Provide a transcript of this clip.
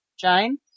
Jane